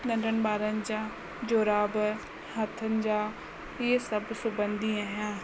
नंढनि ॿारनि जा जुराब हथुनि जा इहे सभु सिबंदी आहियां